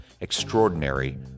Extraordinary